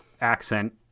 accent